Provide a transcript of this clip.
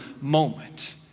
moment